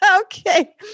Okay